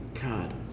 God